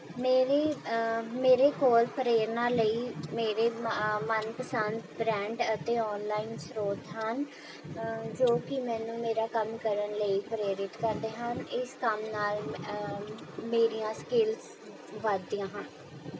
ਮੇਰੀ ਮੇਰੇ ਕੋਲ ਪ੍ਰੇਰਨਾ ਲਈ ਮੇਰੇ ਮਨ ਪਸੰਦ ਬਰੈਂਡ ਅਤੇ ਔਨਲਾਈਨ ਸ੍ਰੋਤ ਹਨ ਜੋ ਕਿ ਮੈਨੂੰ ਮੇਰਾ ਕੰਮ ਕਰਨ ਲਈ ਪ੍ਰੇਰਿਤ ਕਰਦੇ ਹਨ ਇਸ ਕੰਮ ਨਾਲ ਮੇਰੀਆਂ ਸਕਿੱਲਜ਼ ਵੱਧਦੀਆਂ ਹਨ